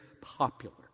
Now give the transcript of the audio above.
popular